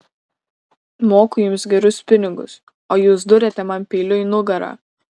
moku jums gerus pinigus o jūs duriate man peiliu į nugarą